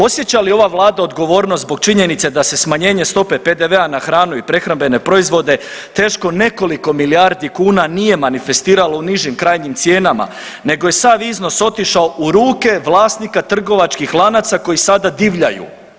Osjeća li ova vlada odgovornost zbog činjenice da se smanjenje stope PDV-a na hranu i prehrambene proizvode teško nekoliko milijardi kuna nije manifestiralo u nižim krajnjim cijenama nego je sav iznos otišao u ruke vlasnika trgovačkih lanaca koji sada divljaju.